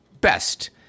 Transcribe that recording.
best